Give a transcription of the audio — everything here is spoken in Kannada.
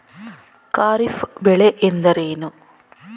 ಖಾರಿಫ್ ಬೆಳೆ ಎಂದರೇನು?